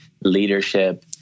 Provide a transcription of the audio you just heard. leadership